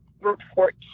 report